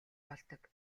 болдог